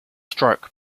stroke